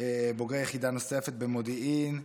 בוגרי יחידה נוספת במודיעין,